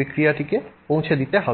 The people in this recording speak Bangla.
বিক্রিয়াটিকে পৌঁছে দিতে হবে